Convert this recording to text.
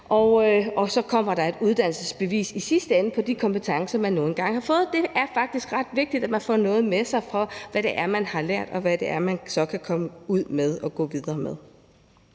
i sidste ende et uddannelsesbevis på de kompetencer, man nu engang har fået. Det er faktisk ret vigtigt, at man får noget med sig på, hvad man har lært, og hvad man så kan komme ud og gå videre med.